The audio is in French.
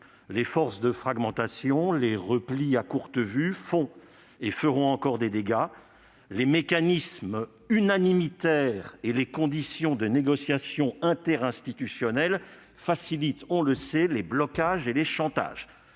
Les forces de fragmentation, les replis à courte vue font et feront encore des dégâts. Les mécanismes unanimitaires et les conditions de négociation interinstitutionnelle facilitent, on le sait, les blocages et les chantages.